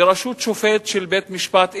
בראשות שופט של בית-המשפט העליון,